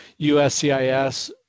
USCIS